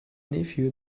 nephew